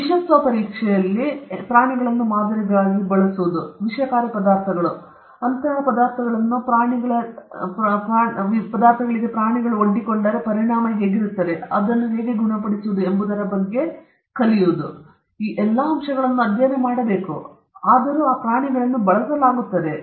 ವಿಷತ್ವ ಪರೀಕ್ಷೆಯಲ್ಲಿ ಪ್ರಾಣಿಗಳನ್ನು ಮಾದರಿಗಳಾಗಿ ಬಳಸುವುದು ಕೆಲವು ವಿಷಕಾರಿ ಪದಾರ್ಥಗಳು ಅಂತಹ ಪದಾರ್ಥಗಳಿಗೆ ಅವುಗಳು ಒಡ್ಡಿಕೊಂಡರೆ ಪರಿಣಾಮ ಏನು ಮತ್ತು ಹೇಗೆ ಅವುಗಳನ್ನು ಗುಣಪಡಿಸಬಹುದು ಎಂಬುದರ ಬಗ್ಗೆ ಈ ಎಲ್ಲಾ ಅಂಶಗಳನ್ನು ಅಧ್ಯಯನ ಮಾಡಬೇಕು ಏಕೆಂದರೆ ಆ ಪ್ರಾಣಿಗಳನ್ನು ಬಳಸಲಾಗುತ್ತಿದೆ